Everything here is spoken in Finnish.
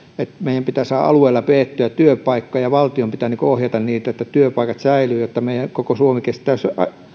että meidän pitää saada alueilla pidettyä työpaikkoja ja valtion pitää ohjata niin että työpaikat säilyvät jotta meidän koko suomi kestäisi